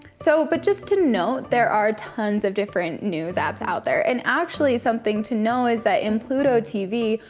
so, but just to note, there are tons of different news apps out there, and actually something to know is that, in pluto tv,